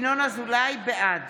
בעד